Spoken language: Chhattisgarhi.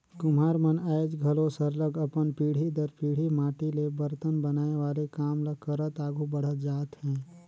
कुम्हार मन आएज घलो सरलग अपन पीढ़ी दर पीढ़ी माटी ले बरतन बनाए वाले काम ल करत आघु बढ़त जात हें